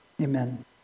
Amen